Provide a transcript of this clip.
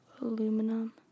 aluminum